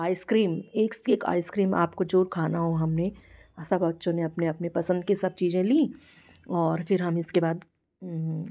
ice cream एक से एक आइसक्रीम आपको जो खाना हो हमने सब बच्चों ने अपने अपने पसंद के सब चीजें ली और फिर हम इसके बाद